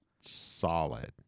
solid